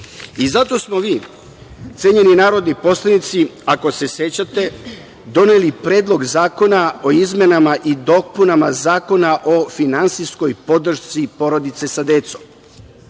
ljudi. Zato smo mi, cenjeni narodni poslanici, ako se sećate doneli Predlog zakona o izmenama i dopunama Zakona o finansijskoj podršci porodice sa decom.